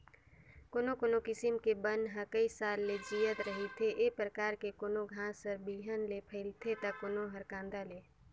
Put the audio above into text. कोनो कोनो किसम के बन ह कइ साल ले जियत रहिथे, ए परकार के कोनो घास हर बिहन ले फइलथे त कोनो हर कांदा ले